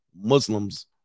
Muslims